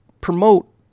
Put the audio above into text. promote